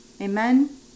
amen